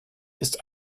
ist